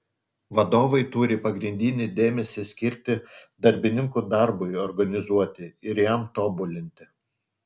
vadovai turi pagrindinį dėmesį skirti darbininkų darbui organizuoti ir jam tobulinti